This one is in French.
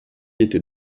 été